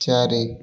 ଚାରି